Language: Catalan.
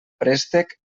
préstec